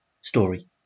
story